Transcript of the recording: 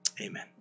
Amen